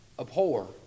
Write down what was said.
Abhor